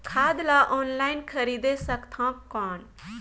खाद ला ऑनलाइन खरीदे सकथव कौन?